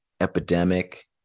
Epidemic